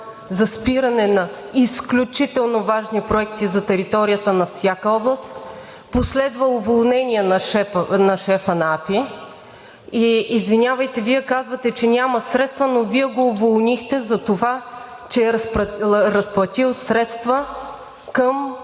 за спиране на изключително важни проекти за територията на всяка област. Последва уволнение на шефа на АПИ и, извинявайте, Вие казвате, че няма средства, но Вие го уволнихте за това, че е разплатил средства към